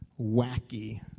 wacky